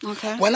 Okay